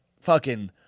fucking-